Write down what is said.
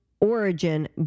origin